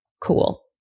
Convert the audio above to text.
Cool